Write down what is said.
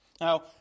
Now